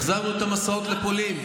החזרנו את המסעות לפולין.